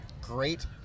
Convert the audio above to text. Great